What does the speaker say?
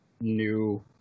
new